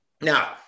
Now